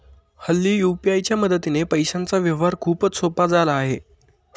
हल्ली यू.पी.आय च्या मदतीने पैशांचा व्यवहार खूपच सोपा झाला आहे